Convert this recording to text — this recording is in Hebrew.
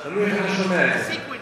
תלוי איך אתה שומע את זה.